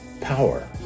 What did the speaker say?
power